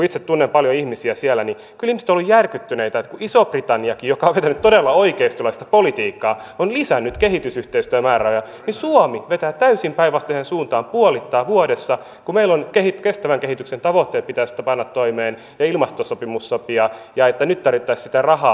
itse tunnen paljon ihmisiä siellä ja kyllä ihmiset ovat olleet järkyttyneitä että kun iso britanniakin joka on vetänyt todella oikeistolaista politiikkaa on lisännyt kehitysyhteistyömäärärahoja niin suomi vetää täysin päinvastaiseen suuntaan puolittaa vuodessa kun meidän kestävän kehityksen tavoitteet pitäisi panna toimeen ja ilmastosopimus sopia ja nyt tarvittaisiin sitä rahaa